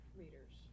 readers